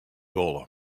wolle